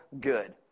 good